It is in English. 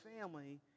family